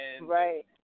Right